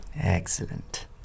Excellent